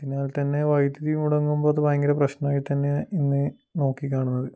അതിനാൽ തന്നെ വൈദ്യുതി മുടങ്ങുമ്പോൾ അത് ഭയങ്കര പ്രശ്നമായി തന്നെ ഇന്ന് നോക്കി കാണുന്നത്